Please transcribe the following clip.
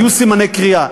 יהיו סימני קריאה.